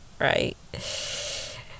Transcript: right